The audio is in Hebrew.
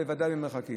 בוודאי במרחקים.